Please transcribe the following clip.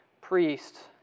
priests